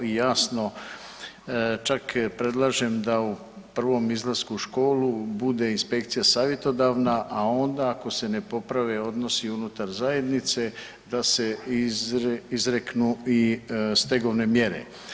Jasno čak predlažem da u prvom izlasku u školu bude inspekcija savjetodavna, a onda ako se ne poprave odnosi unutar zajednice, da se izreknu i stegovne mjere.